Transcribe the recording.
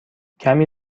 کمی